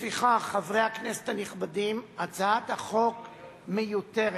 לפיכך, חברי הכנסת הנכבדים, הצעת החוק מיותרת,